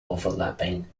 overlapping